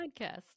podcast